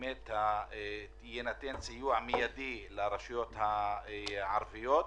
שיינתן סיוע מיידי לרשויות הערביות.